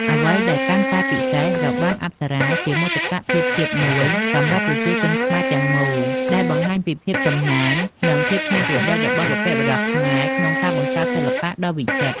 អ្វីដែលកាន់តែពិសេស របាំអប្សរាជាមោទកភាពជាតិមួយសម្រាប់ប្រជាជនខ្មែរទាំងមូល ដែលបង្ហាញពីភាពចំណាន និងភាពច្នៃប្រឌិតរបស់បុព្វបុរសខ្មែរក្នុងការបង្កើតសិល្បៈដ៏វិចិត្រ។